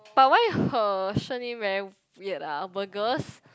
but why her surname very weird uh burgers